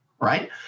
right